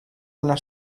una